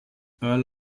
earl